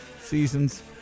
seasons